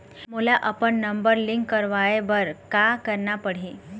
मोला अपन number link करवाये बर का करना पड़ही?